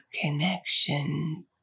connection